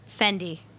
Fendi